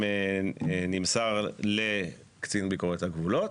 נמסר לקצין ביקורת הגבולות.